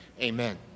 Amen